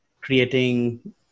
creating